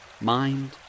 mind